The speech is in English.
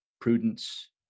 Prudence